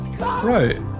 Right